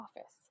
office